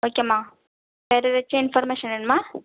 ஓகேம்மா வேறெதாச்சும் இன்ஃபர்மேஷன் வேணுமா